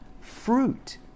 fruit